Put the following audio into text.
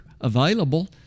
available